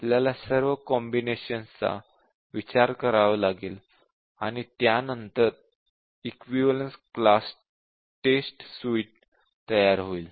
आपल्याला सर्व कॉम्बिनेशन चा विचार करावा लागेल आणि त्यानंतर इक्विवलेन्स क्लास टेस्ट सुइट तयार होईल